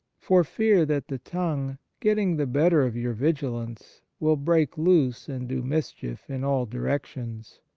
for fear that the tongue, getting the better of your vigilance, will break loose and do mischief in all direc tions.